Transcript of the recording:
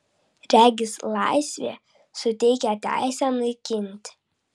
regis laisvė suteikia teisę naikinti